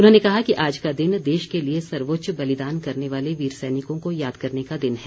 उन्होंने कहा कि आज का दिन देश के लिए सर्वोच्च बलिदान करने वाले वीर सैनिकों को याद करने का दिन है